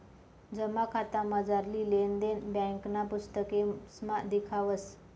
जमा खातामझारली लेन देन ब्यांकना पुस्तकेसमा लिखावस